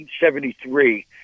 1973